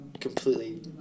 completely